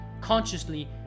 consciously